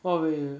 what would you